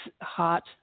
hot